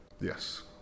Yes